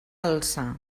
alçar